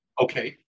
Okay